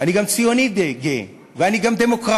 אני גם ציוני גאה, ואני גם דמוקרט